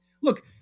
Look